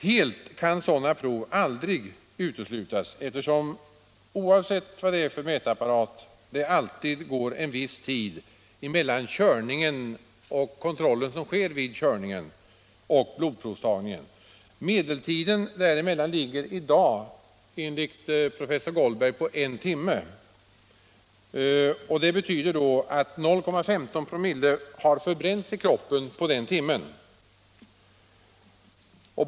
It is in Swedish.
Helt kan sådana prov aldrig uteslutas, eftersom — oavsett mätapparat — det alltid går en viss tid mellan körningen, och kontrollen som sker vid körningen, och blodprovstagningen. Medeltiden däremellan ligger i dag enligt professor Goldberg på en timme, vilket betyder att 0,15 260 har förbränts i kroppen under den tiden.